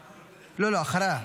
--- לא, לא, אחריה.